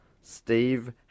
Steve